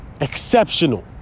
exceptional